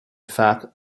fact